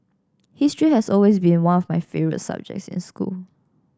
history has always been one of my favourite subjects in school